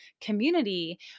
community